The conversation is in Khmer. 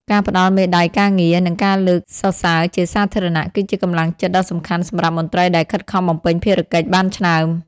ការផ្តល់មេដាយការងារ និងការលើកសរសើរជាសាធារណៈ គឺជាកម្លាំងចិត្តដ៏សំខាន់សម្រាប់មន្ត្រីដែលខិតខំបំពេញភារកិច្ចបានឆ្នើម។